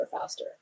faster